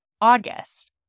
August